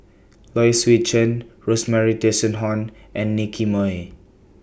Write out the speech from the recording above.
Low Swee Chen Rosemary and Nicky Moey